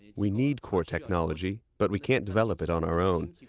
we need core technology, but we can't develop it on our own.